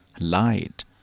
light